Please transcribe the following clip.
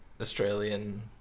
Australian